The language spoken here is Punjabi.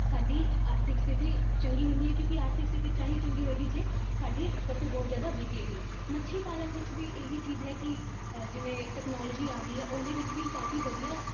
ਸਾਡੀ ਆਰਥਿਕ ਸਥਿਤੀ ਚੰਗੀ ਹੁੰਦੀ ਹੈ ਕਿਉਂਕਿ ਆਰਥਿਕ ਸਥਿਤੀ ਤਾਂ ਹੀ ਚੰਗੀ ਹੋਵੇਗੀ ਜੇ ਸਾਡੀ ਫਸਲ ਬਹੁਤ ਜ਼ਿਆਦਾ ਵਿਕੇਗੀ ਮੱਛੀ ਪਾਲਣ ਵਿੱਚ ਵੀ ਇਹ ਹੀ ਚੀਜ਼ ਹੈ ਕਿ ਜਿਵੇਂ ਟੈਕਨੋਲੋਜੀ ਆ ਗਈ ਆ ਉਹਦੇ ਵਿੱਚ ਵੀ ਕਾਫ਼ੀ ਵਧੀਆ